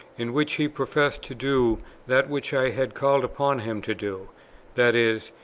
in which he professed to do that which i had called upon him to do that is,